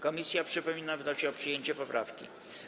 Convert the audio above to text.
Komisja, przypominam, wnosi o przyjęcie poprawki.